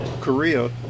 Korea